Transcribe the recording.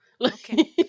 okay